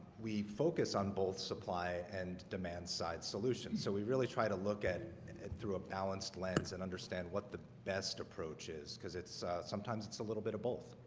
we focus on both supply and demand side solutions so we really try to look at it through a balanced lens and understand what the best approach is because it's sometimes it's a little bit of both